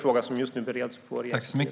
Frågan bereds just nu på Regeringskansliet.